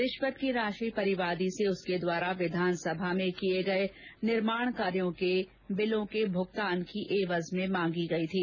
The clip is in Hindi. रिश्वत की राशि परिवादी से उसके द्वारा विधानसभा में किये गये सिविल कार्य के बिलां के भुगतान की एवज में मांगी गयी थी